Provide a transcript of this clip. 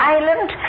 Island